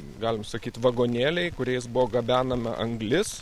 galim sakyt vagonėliai kuriais buvo gabenama anglis